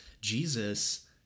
Jesus